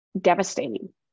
devastating